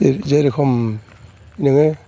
जेरखम नोङो